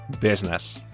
business